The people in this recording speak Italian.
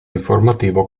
informativo